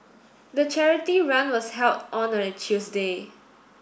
the charity run was held on a Tuesday